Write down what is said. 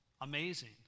Amazing